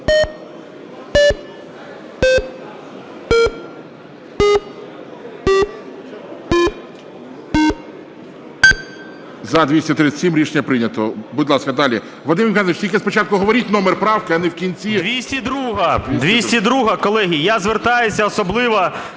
За-237 Рішення прийнято. Будь ласка, далі. Вадим Євгенович, тільки спочатку говоріть номер правки, а не вкінці.